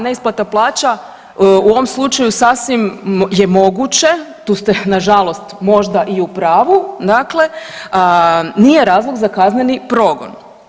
Neisplata plaća u ovom slučaju sasvim je moguće, tu ste nažalost možda i u pravu, dakle, nije razlog za kazneni progon.